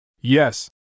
Yes